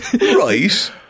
Right